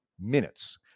minutes